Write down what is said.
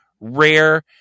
rare